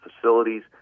facilities